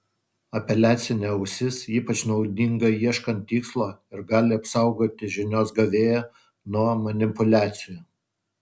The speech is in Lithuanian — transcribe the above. apeliacinė ausis ypač naudinga ieškant tikslo ir gali apsaugoti žinios gavėją nuo manipuliacijų